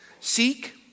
Seek